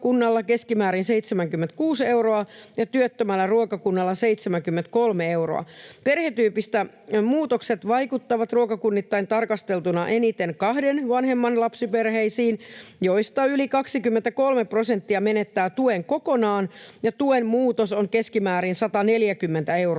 keskimäärin 76 euroa ja työttömällä ruokakunnalla 73 euroa. Perhetyypeistä muutokset vaikuttavat ruokakunnittain tarkasteltuna eniten kahden vanhemman lapsiperheisiin, joista yli 23 prosenttia menettää tuen kokonaan, ja tuen muutos on keskimäärin 140 euroa